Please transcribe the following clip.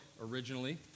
originally